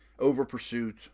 over-pursuit